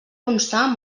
constar